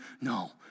No